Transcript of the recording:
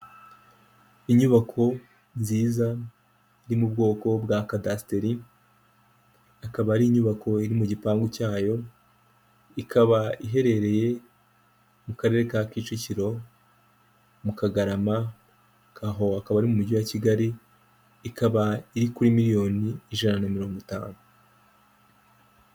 Inyubako nziza iri mu bwoko bwa cadasiteri, akaba ari inyubako iri mu gipangu cyayo, ikaba iherereye mu Karere ka Kicukiro mu Kagarama aho akaba ari mujyi wa Kigali ikaba iri kuri miriyoni ijana na mirongo itanu.